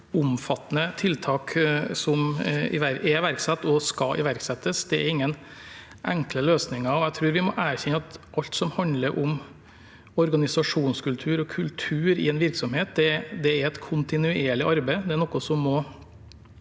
omfattende tiltak som er iverksatt, og som skal iverksettes. Det er ingen enkle løsninger. Jeg tror vi må erkjenne at alt som handler om organisasjonskultur og kultur i en virksomhet, er et kontinuerlig arbeid,